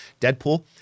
Deadpool